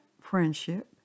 friendship